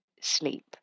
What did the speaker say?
sleep